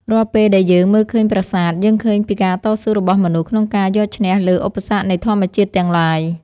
រាល់ពេលដែលយើងមើលឃើញប្រាសាទ យើងឃើញពីការតស៊ូរបស់មនុស្សក្នុងការយកឈ្នះលើឧបសគ្គនៃធម្មជាតិទាំងឡាយ។